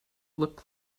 looked